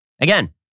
Again